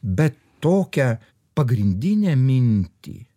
bet tokią pagrindinę mintį